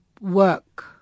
work